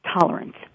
Tolerance